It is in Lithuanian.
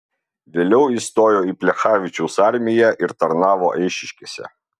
vėliau įstojo į plechavičiaus armiją ir tarnavo eišiškėse